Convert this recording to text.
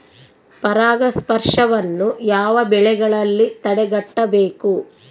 ಪರಾಗಸ್ಪರ್ಶವನ್ನು ಯಾವ ಬೆಳೆಗಳಲ್ಲಿ ತಡೆಗಟ್ಟಬೇಕು?